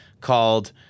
called